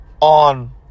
on